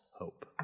hope